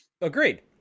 Agreed